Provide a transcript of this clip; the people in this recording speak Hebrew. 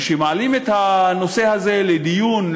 כשמעלים את הנושא הזה לדיון,